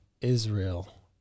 Israel